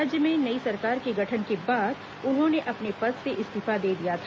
राज्य में नई सरकार के गठन के बाद उन्होंने अपने पद से इस्तीफा दे दिया था